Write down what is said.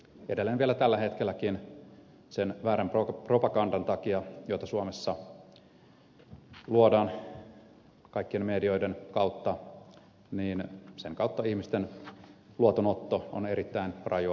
edelleen vielä tällä hetkelläkin sen väärän propagandan takia jota suomessa luodaan kaikkien medioiden kautta ihmisten luotonotto on erittäin rajua edelleenkin